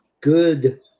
good